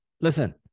Listen